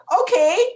okay